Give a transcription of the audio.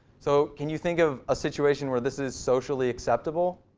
so can you think of a situation where this is socially acceptable?